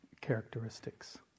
characteristics